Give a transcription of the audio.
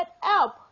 help